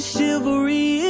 Chivalry